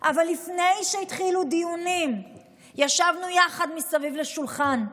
אבל לפני שהתחילו דיונים ישבנו יחד מסביב לשולחן,